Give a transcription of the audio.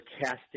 casting